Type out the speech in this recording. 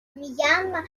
мьянма